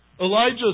Elijah